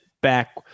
back